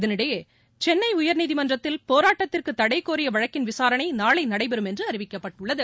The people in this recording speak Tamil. இதனிடையே சென்னை உயர்நீதிமன்றத்தில் போராட்டத்திற்கு தடைகோரிய வழக்கின் விசாரணை நாளை நடைபெறும் என்று அறிவிக்கப்பட்டுள்ளது